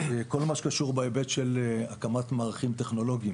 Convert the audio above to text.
כל מה שקשור בהיבט של הקמת מערכים טכנולוגיים